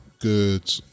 good